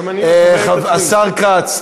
השר כץ,